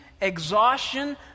exhaustion